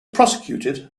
prosecuted